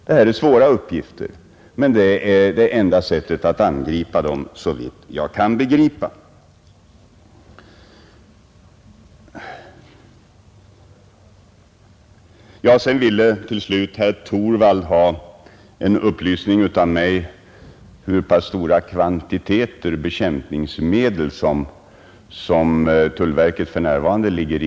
Dessa uppgifter är svåra, men det här är såvitt jag kan begripa enda sättet att angripa dem på. Till slut ville herr Torwald få en upplysning från mig om hur stora kvantiteter av olika typer av bekämpningsmedel som tullverket har på lager.